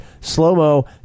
slow-mo